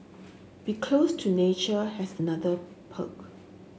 be close to nature has another perk